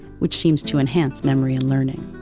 which seems to enhance memory and learning.